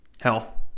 Hell